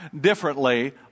differently